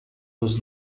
dos